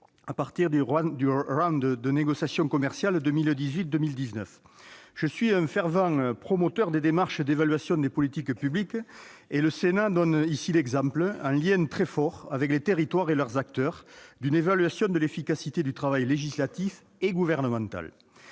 à partir du round de négociations commerciales 2018-2019. Je suis un fervent promoteur des démarches d'évaluation des politiques publiques et le Sénat donne en l'espèce l'exemple, en lien très fort avec les territoires et leurs acteurs, d'une évaluation de l'efficacité du travail législatif et gouvernemental.